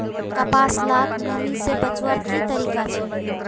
कपास लाक नमी से बचवार की तरीका छे?